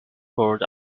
poured